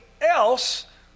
else